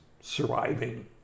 surviving